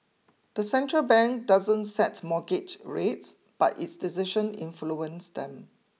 the central bank doesn't set mortgage rates but its decision influence them